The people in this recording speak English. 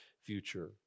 future